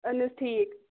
اہن حظ ٹھیٖک